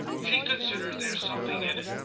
she considers there's something in it,